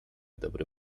dobry